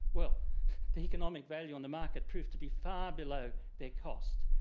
well the economic value on the market proved to be far below their cost.